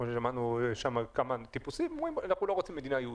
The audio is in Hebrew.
כמו ששמענו כמה אנשים שאומרים שהם לא רוצים מדינה יהודית.